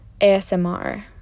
ASMR